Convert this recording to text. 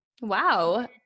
Wow